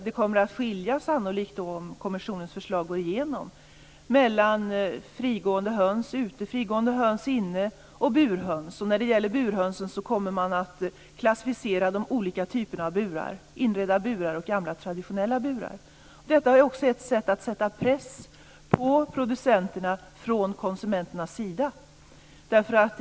Det kommer om kommissionens förslag går igenom sannolikt att göras skillnad mellan ägg från ute frigående höns, inne frigående höns och burhöns. Man kommer att klassificera de olika typerna av burar för burhöns i inredda burar och gamla traditionella burar. Detta är också en metod att från konsumenternas sida sätta press på producenterna.